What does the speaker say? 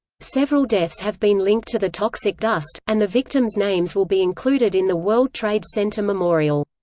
several deaths have been linked to the toxic dust, and the victims' names will be included in the world trade center memorial.